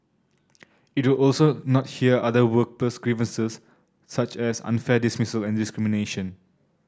it will also not hear other workplace grievances such as unfair dismissal and discrimination